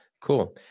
Cool